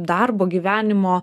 darbo gyvenimo